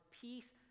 peace